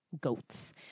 goats